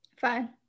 Fine